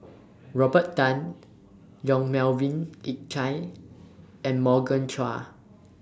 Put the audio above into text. Robert Tan Yong Melvin Yik Chye and Morgan Chua